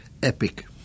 Epic